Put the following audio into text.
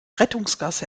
rettungsgasse